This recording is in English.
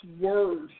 words